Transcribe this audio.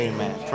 Amen